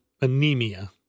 Anemia